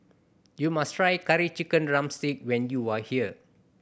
you must try Curry Chicken drumstick when you are here